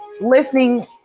listening